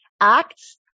acts